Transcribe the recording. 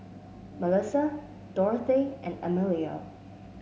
Malissa Dorthey and Emilio